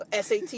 SAT